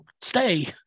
stay